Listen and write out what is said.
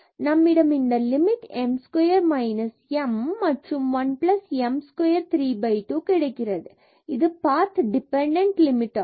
நம்மிடம் இந்த limit m square minus m மற்றும் 1 m square 3 by 2 கிடைக்கிறது இது பாத் டிபண்டன்ட் லிமிட் ஆகும்